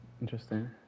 Interesting